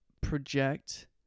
project